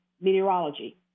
Meteorology